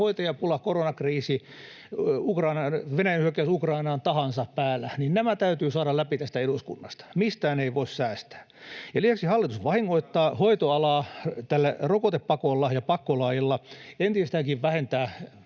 hoitajapula, koronakriisi, Venäjän hyökkäys Ukrainaan — päällä, niin nämä täytyy saada läpi tästä eduskunnasta, mistään ei voi säästää. Ja lisäksi hallitus vahingoittaa hoitoalaa tällä rokotepakolla ja pakkolaeilla, entisestäänkin vähentää